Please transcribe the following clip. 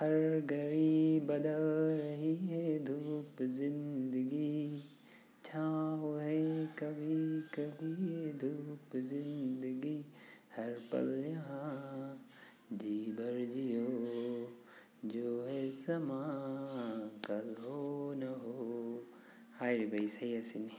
ꯍꯔ ꯘꯔꯤ ꯕꯗꯜ ꯔꯍꯤꯍꯦ ꯙꯨꯞꯄ ꯖꯤꯟꯗꯒꯤ ꯁꯥꯎꯋꯣꯍꯦ ꯀꯕꯤ ꯀꯕꯤ ꯍꯦ ꯙꯨꯞꯄ ꯖꯤꯟꯗꯒꯤ ꯍꯔ ꯄꯜ ꯌꯍꯥ ꯖꯤꯕꯔ ꯖꯤꯌꯣ ꯖꯣ ꯍꯦ ꯁꯃꯥ ꯀꯜ ꯍꯣ ꯅꯥ ꯍꯣ ꯍꯥꯏꯔꯤꯕ ꯏꯁꯩ ꯑꯁꯤꯅꯤ